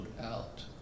out